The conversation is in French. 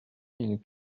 mille